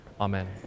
Amen